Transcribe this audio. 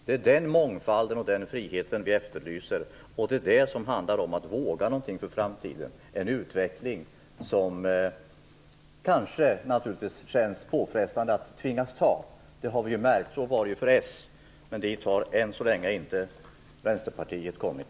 Det är den mångfalden och den friheten vi efterlyser. Det handlar om att våga något för framtiden och om en utveckling som kanske känns påfrestande. Det har vi märkt. Så var det för s. Men dit har än så länge inte Vänsterpartiet kommit.